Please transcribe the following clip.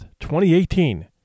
2018